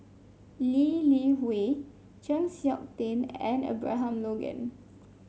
Lee Li Hui Chng Seok Tin and Abraham Logan